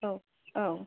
औ